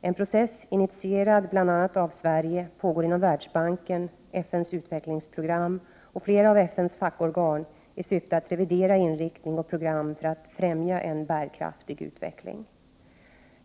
En process, initierad bl.a. av Sverige, pågår inom Världsbanken, FN:s utvecklingsprogram och flera av FN:s fackorgan i syfte att revidera inriktning och program för att främja en bärkraftig utveckling.